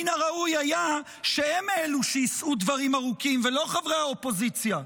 מן הראוי היה שהם אלו שיישאו דברים ארוכים ולא חברי האופוזיציה.